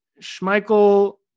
Schmeichel